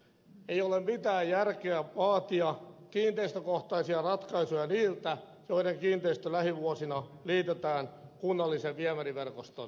ei ole mitään järkeä vaatia kiinteistökohtaisia ratkaisuja niiltä joiden kiinteistö lähivuosina liitetään kunnallisen viemäriverkoston piiriin